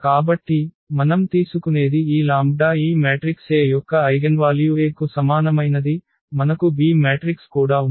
కాబట్టి మనం తీసుకునేది ఈ λ ఈ మ్యాట్రిక్స్ A యొక్క ఐగెన్వాల్యూ A కు సమానమైనది మనకు B మ్యాట్రిక్స్ కూడా ఉంది